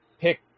pick